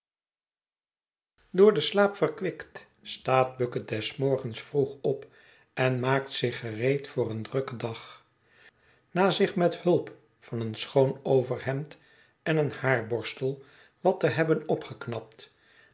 door den slaap verkwikt staat bucket des morgens vroeg op en maakt zich gereed voor een drukken dag na zich met hulp van een schoon overhemd en een haarborstel wat te hebben opgeknapt